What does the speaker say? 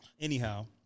Anyhow